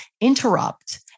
interrupt